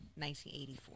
1984